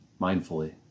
mindfully